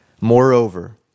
Moreover